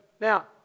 now